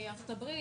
ארה"ב,